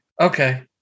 okay